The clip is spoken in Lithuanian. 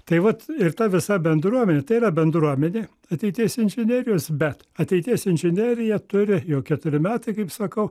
tai vat ir ta visa bendruomenė tai yra bendruomenė ateities inžinerijos bet ateities inžinerija turi jau keturi metai kaip sakau